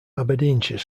aberdeenshire